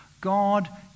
God